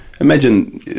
Imagine